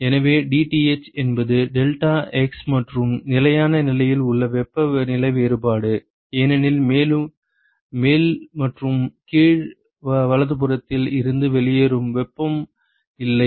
எனவே dTh என்பது delta x மற்றும் நிலையான நிலையில் உள்ள வெப்பநிலை வேறுபாடு ஏனெனில் மேல் மற்றும் கீழ் வலதுபுறத்தில் இருந்து வெளியேறும் வெப்பம் இல்லை